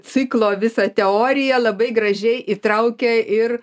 ciklo visą teoriją labai gražiai įtraukė ir